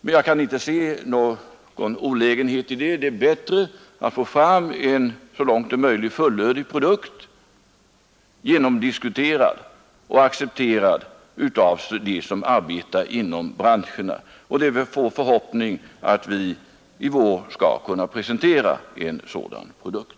Men jag kan inte se någon olägenhet i det; det är bättre att få fram en så långt som möjligt fullödig produkt, genomdiskuterad och accepterad av dem som arbetar inom branscherna. Det är vår förhoppning att vi i vår skall kunna presentera en sådan produkt.